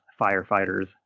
firefighters